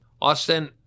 Austin